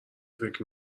فکری